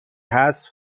حذف